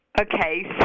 Okay